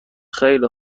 خیلی